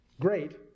great